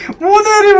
more than